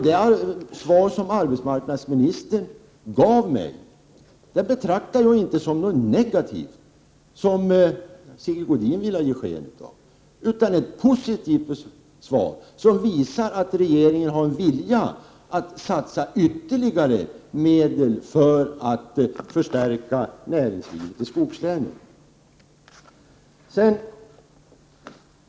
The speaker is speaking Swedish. Det svar som arbetsmarknadsministern gav mig betraktar jag inte som negativt, vilket Sigge Godin gjorde, utan som positivt. Det visar att regeringen har en vilja att satsa ytterligare medel för att förstärka näringslivet i skogslänen.